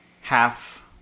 half